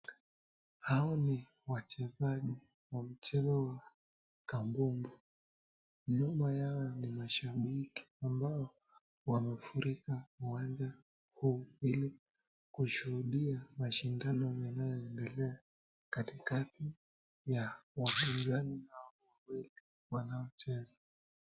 Hao ni wachezaji wa mchezo wa kambumbu. Nyuma yao ni mashabiki ambao wamefurika uwanja huu ili kushuhudia mashindano yanayoendelea katikati ya wapinzani hao wawili wanaocheza.